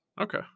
Okay